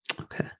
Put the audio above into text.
Okay